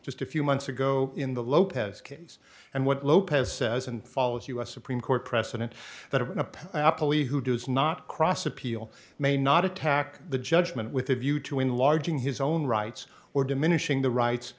just a few months ago in the lopez case and what lopez says and follows u s supreme court precedent that when a police who does not cross appeal may not attack the judgment with a view to enlarging his own rights or diminishing the rights